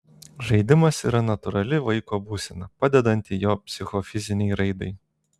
žaidimas yra natūrali vaiko būsena padedanti jo psichofizinei raidai